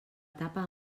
etapa